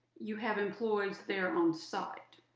you have employees there on site.